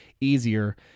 easier